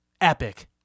epic